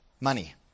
money